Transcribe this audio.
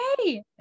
okay